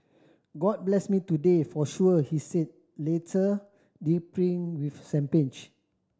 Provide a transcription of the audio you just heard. god blessed me today for sure he said later dripping with champagne